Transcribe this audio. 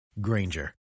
Granger